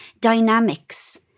dynamics